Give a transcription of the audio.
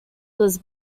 was